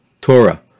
Torah